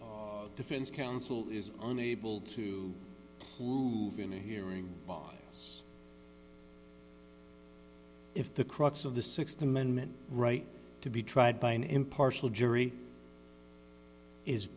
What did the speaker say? too defense counsel is unable to move in a hearing by us if the crux of the th amendment right to be tried by an impartial jury is